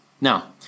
Now